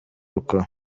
gukora